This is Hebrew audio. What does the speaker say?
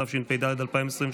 התשפ"ד 2023,